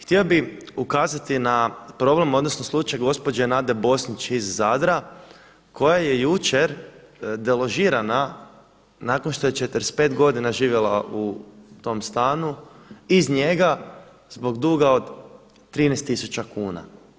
Htio bih ukazati na problem odnosno slučaj gospođe Nade Bosnić iz Zadra koja je jučer deložirana nakon što je 45 godina živjela u tom stanu, iz njega zbog duga od 13 tisuća kuna.